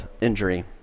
injury